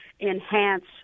enhance